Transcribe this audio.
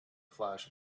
flash